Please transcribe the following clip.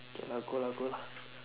okay lah go lah go lah